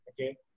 Okay